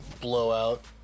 blowout